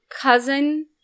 cousin